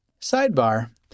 Sidebar